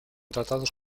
tratados